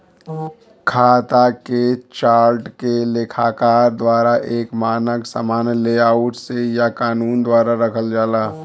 खाता के चार्ट के लेखाकार द्वारा एक मानक सामान्य लेआउट से या कानून द्वारा रखल जाला